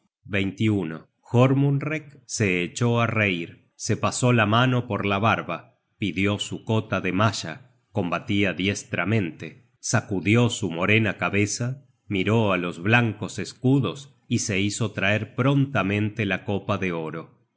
esos hombres poderosos jormunrek se echó á reir se pasó la mano por la barba pidió su cota de malla combatia diestramente sacudió su morena cabeza miró á los blancos escudos y se hizo traer prontamente la copa de oro y